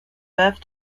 birth